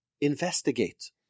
Investigate